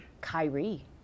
Kyrie